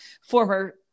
former